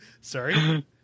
Sorry